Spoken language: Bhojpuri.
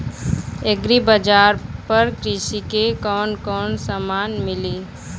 एग्री बाजार पर कृषि के कवन कवन समान मिली?